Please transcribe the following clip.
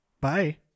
Bye